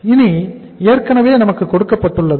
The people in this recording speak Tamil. இது ஏற்கனவே நமக்கு கொடுக்கப்பட்டுள்ளது